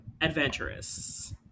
Adventurous